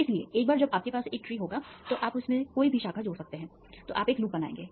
इसलिए एक बार जब आपके पास एक ट्री होगा तो आप इसमें कोई भी शाखा जोड़ सकते हैं तो आप एक लूप बनाएंगे